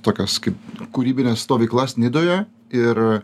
tokios kaip kūrybines stovyklas nidoje ir